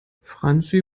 franzi